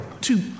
two